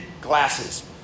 glasses